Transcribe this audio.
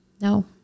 No